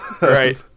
Right